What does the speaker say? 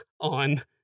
on